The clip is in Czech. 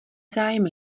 zájem